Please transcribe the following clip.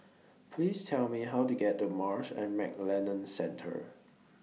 Please Tell Me How to get to Marsh and McLennan Centre